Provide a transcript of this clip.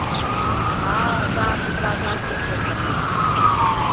हँ साफ सुथरा सभकिछु छै सही